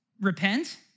repent